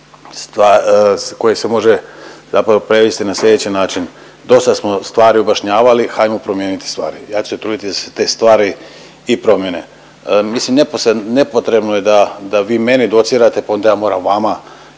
koje se može zapravo prevesti na slijedeći način. Dosta smo stvari objašnjavali hajmo promijeniti stvari. Ja ću se truditi da se te stvari i promijene. Mislim nesposre… nepotrebno je da vi meni docirate pa onda ja moram vama